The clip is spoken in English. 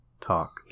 talk